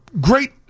great